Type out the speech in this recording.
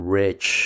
rich